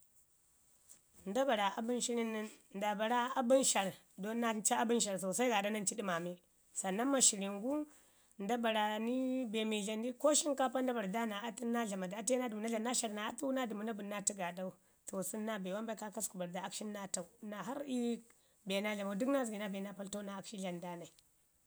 Nda bara abən shirin nəni nda bara abən shar don nanci abən shar sosai gaaɗa nancu ɗəməme. Sannan ma shirin gu nda bara ni be mii dlam din ko shinkapa nda bari da naa atun naa dlama du, atu ye naa dəmu naa dlamu naa shar naa atu, naa dəmu naa bəni naa atu gaaɗau. To sən naabe wambai kaakasku bari daa akshin naa tau naa harr ii be naa dlamau dək naa dəmu naa be na paltau naa akshi dlana da nai.